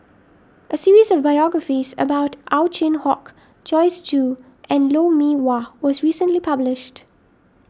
a series of biographies about Ow Chin Hock Joyce Jue and Lou Mee Wah was recently published